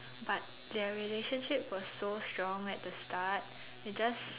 but their relationship was so strong at the start it just